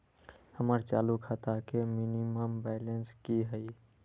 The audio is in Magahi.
हमर चालू खाता के मिनिमम बैलेंस कि हई?